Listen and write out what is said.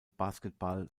basketball